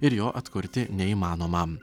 ir jo atkurti neįmanoma